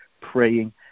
praying